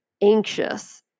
anxious